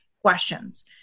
questions